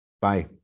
Bye